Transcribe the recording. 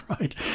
right